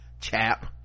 chap